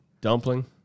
dumpling